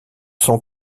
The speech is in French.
sont